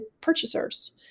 purchasers